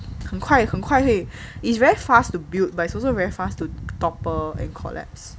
很快很快 it's very fast to build but also very fast to topple and collapse